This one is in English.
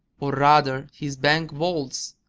or rather his bank vaults.